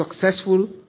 successful